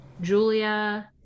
julia